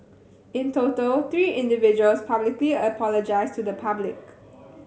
in total three individuals publicly apologised to the public